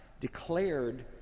declared